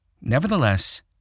Nevertheless